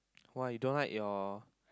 why you don't like your